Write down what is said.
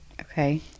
Okay